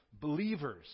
believers